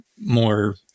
more